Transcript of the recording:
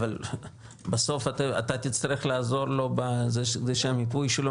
אבל בסוף אתה תצטרך לעזור לו כדי שהמיפוי שלו